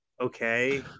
okay